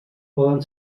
poden